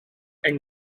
and